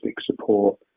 support